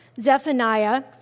Zephaniah